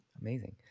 Amazing